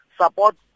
support